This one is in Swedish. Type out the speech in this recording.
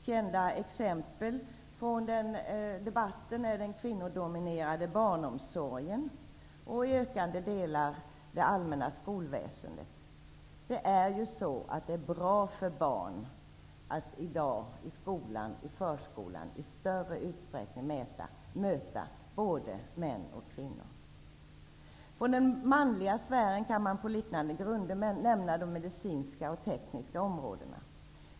Kända exempel från den allmänna debatten utgör den kvinnodominerade barnomsorgen och -- i ökande utsträckning -- delar av det allmänna skolväsendet. Det är ju bra för barn att i förskolan och skolan möta både män och kvinnor. Från den manliga sfären kan man på liknande grunder nämna de medicinska och tekniska områdena.